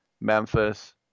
Memphis